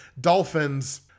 Dolphins